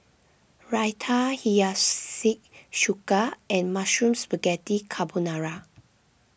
Raita Hiyashi Chuka and Mushroom Spaghetti Carbonara